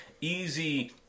easy